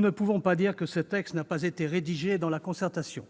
ne pouvons pas dire que ce texte n'a pas été rédigé dans la concertation.